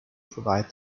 provide